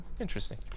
interesting